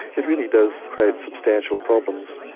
it really does create substantial problems.